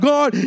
God